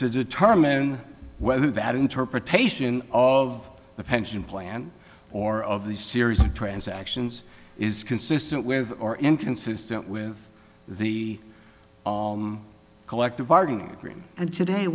to determine whether that interpretation of the pension plan or of the series of transactions is consistent with or inconsistent with the collective bargaining agreement and today